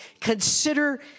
consider